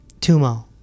Tumo